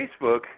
Facebook